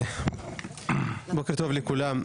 בוקר טוב לכולם,